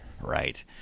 Right